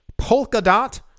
Polkadot